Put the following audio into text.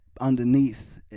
underneath